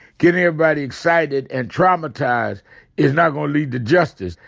getting everybody excited and traumatized is not gonna lead to justice.